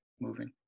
moving